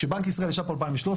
כשבנק ישראל ישב ב-2013